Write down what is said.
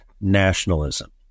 nationalism